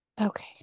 okay